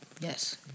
Yes